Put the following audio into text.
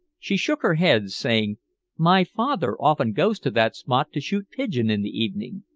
she shook her head, saying my father often goes to that spot to shoot pigeon in the evening.